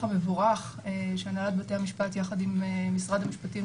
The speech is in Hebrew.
המבורך שמובילים הנהלת בתי המשפט יחד עם משרד המשפטים.